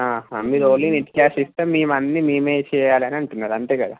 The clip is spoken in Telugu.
ఆహా మీరు ఓన్లీ లిస్ట్ రాసిస్తే మేమన్నీ మేమే చేయాలని అంటున్నారు అంతే కదా